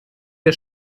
wir